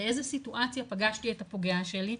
באיזו סיטואציה פגשתי את הפוגע שלי?